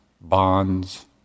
bonds